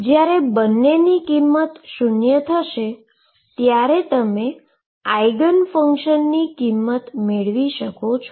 જ્યારે બંનેની કિંમત શુન્ય થશે ત્યારે તમે આઈગન ફંક્શનની કિંમત મેળવી શકો છો